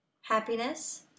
Happiness